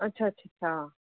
अच्छा अच्छा